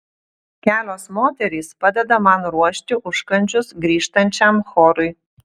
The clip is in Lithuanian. kelios moterys padeda man ruošti užkandžius grįžtančiam chorui